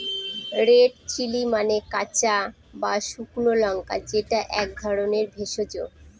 red chilli মানে কাঁচা বা শুকনো লঙ্কা যেটা এক ধরনের ভেষজ